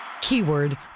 keyword